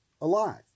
alive